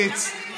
למה לגעור?